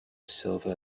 silver